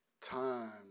time